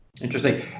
Interesting